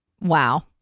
Wow